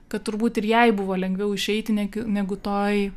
kad turbūt ir jai buvo lengviau išeiti negi negu toj